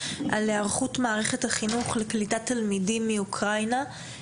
על היערכות מערכת החינוך לקליטת תלמידים מאוקראינה.